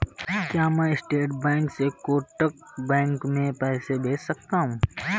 क्या मैं state bank से कोटक बैंक में पैसे भेज सकता हूँ?